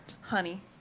honey